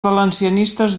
valencianistes